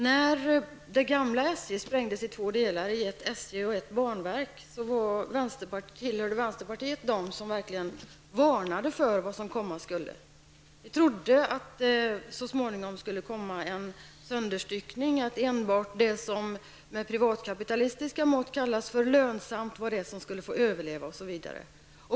När det gamla SJ sprängdes i två delar, i ett SJ och ett banverk, tillhörde vänsterpartiet dem som verkligen varnade för vad som komma skulle. Vi trodde att det så småningom skulle komma en sönderstyckning och att endast det som med privatkapitalistiska mått kallas lönsamt skulle få överleva.